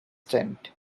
tent